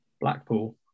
Blackpool